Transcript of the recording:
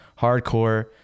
hardcore